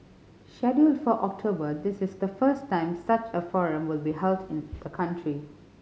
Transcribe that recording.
scheduled for October this is the first time such a forum will be held in the country